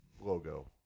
logo